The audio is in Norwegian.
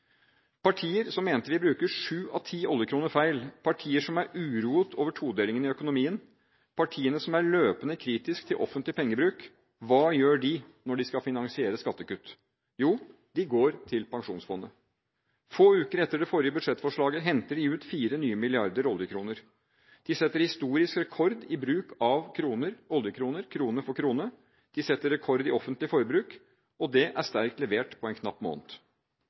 Partier som mente at vi bruker sju av ti oljekroner feil, partier som er uroet over todelingen i økonomien, partier som er løpende kritisk til offentlig pengebruk: Hva gjør de når de skal finansiere skattekutt? Jo, de går til Pensjonsfondet. Få uker etter det forrige budsjettforslaget henter de ut 4 nye milliarder oljekroner. De setter historisk rekord i bruk av oljekroner, krone for krone, og de setter rekord i offentlig forbruk. Det er sterkt levert på en knapp måned.